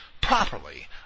Properly